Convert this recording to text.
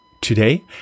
today